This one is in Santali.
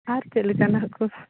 ᱟᱨ ᱪᱮᱫ ᱞᱮᱠᱟᱱᱟᱜ ᱠᱚ